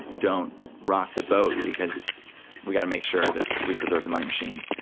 don't rock the boat because we got to make sure that we preserve the money machine.